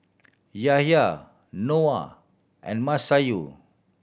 Yahya Noah and Masayu